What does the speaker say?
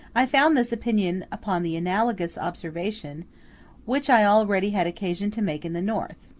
i found this opinion upon the analogous observation which i already had occasion to make in the north.